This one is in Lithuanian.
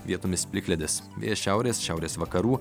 vietomis plikledis vėjas šiaurės šiaurės vakarų